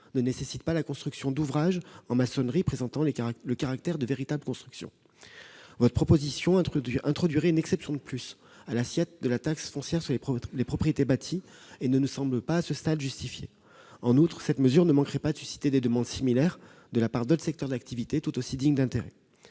ne nécessite pas la construction d'ouvrages en maçonnerie présentant le caractère de véritables constructions. Votre proposition introduirait une exception de plus à l'assiette de la TFPB, qui ne paraît pas justifiée. En outre, cette mesure ne manquerait pas de susciter des demandes similaires de la part d'autres secteurs d'activité, tout aussi dignes d'intérêt.